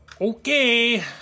Okay